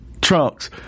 trunks